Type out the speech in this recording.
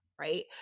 Right